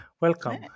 Welcome